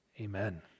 amen